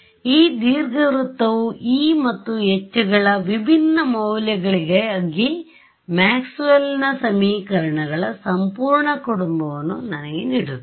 ಈ ದೀರ್ಘವೃತ್ತವು e ಮತ್ತು h ಳ ವಿಭಿನ್ನ ಮೌಲ್ಯಗಳಿಗಾಗಿ ಮ್ಯಾಕ್ಸ್ವೆಲ್ನ ಸಮೀಕರಣಗಳMaxwell's equation ಸಂಪೂರ್ಣ ಕುಟುಂಬವನ್ನು ನನಗೆ ನೀಡುತ್ತದೆ